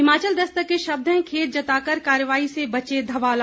हिमाचल दस्तक के शब्द हैं खेद जताकर कार्रवाही से बचे धवाला